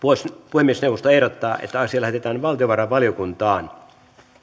puhemiesneuvosto ehdottaa että asia lähetetään valtiovarainvaliokuntaan